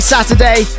Saturday